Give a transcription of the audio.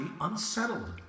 unsettled